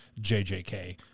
JJK